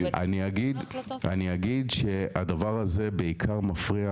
אני אגיד שהדבר הזה בעיקר מפריע,